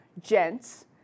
gents